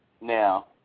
Now